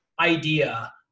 idea